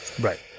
right